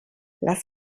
lass